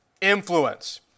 influence